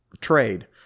trade